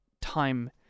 time